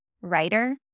writer